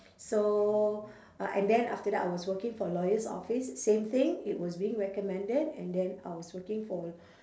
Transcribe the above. so uh and then after that I was working for lawyer's office same thing it was being recommended and then I was working for